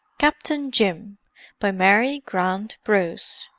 captain jim by mary grant bruce